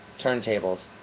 turntables